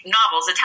novels